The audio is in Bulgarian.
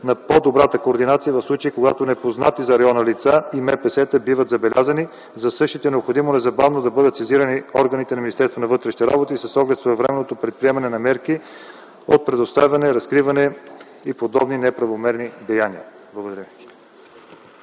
на по-добрата координация в случаи, когато непознати за района лица и МПС-та, биват забелязани. За същите е необходимо незабавно да бъдат сезирани органите на Министерството на вътрешните работи с оглед своевременното предприемане на мерки от предоставяне, разкриване и подобни неправомерни деяния.